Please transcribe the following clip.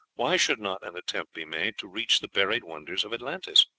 why should not an attempt be made to reach the buried wonders of atlantis?